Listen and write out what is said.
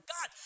God